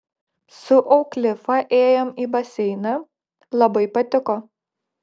su auklifa ėjom į baseiną labai patiko